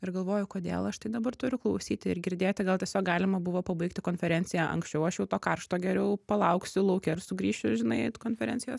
ir galvoju kodėl aš tai dabar turiu klausyti ir girdėti gal tiesiog galima buvo pabaigti konferenciją anksčiau aš jau to karšto geriau palauksiu lauke ir sugrįšiu žinai į konferencijos